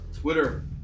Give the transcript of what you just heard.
Twitter